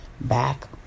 back